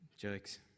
jokes